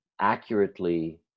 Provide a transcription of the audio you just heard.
accurately